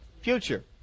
future